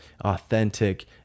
authentic